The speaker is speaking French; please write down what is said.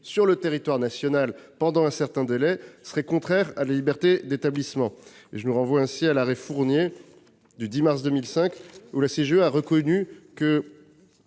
sur le territoire national pendant un certain délai est contraire à la liberté d'établissement. Je vous renvoie ainsi à l'arrêt Fournier du 10 mars 2005, dans lequel